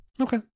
Okay